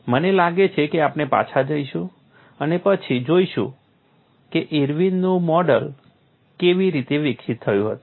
મને લાગે છે કે આપણે પાછા જઈશું અને પછી જોઈશું કે ઇર્વિનનું મોડેલ કેવી રીતે વિકસિત થયું હતું